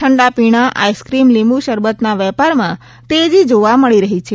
ઠંડા પીણા આઇસક્રીમ લીંબુ સરબતના વેપારમાં તેજી જોવા મળી રહી છે